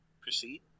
proceed